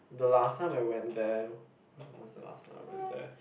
the last time I went there when was the last time I went there